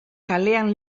kalean